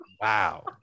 Wow